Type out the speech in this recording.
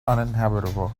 uninhabitable